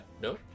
No